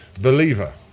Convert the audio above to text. believer